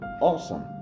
Awesome